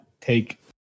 take